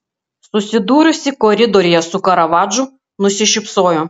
susidūrusi koridoriuje su karavadžu nusišypsojo